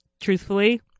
Truthfully